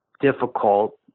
difficult